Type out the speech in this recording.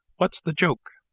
what's the joke?